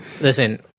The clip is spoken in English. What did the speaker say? Listen